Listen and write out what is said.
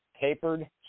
tapered